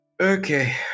Okay